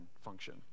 function